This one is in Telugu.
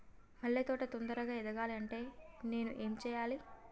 మల్లె తోట తొందరగా ఎదగాలి అంటే నేను ఏం చేయాలి?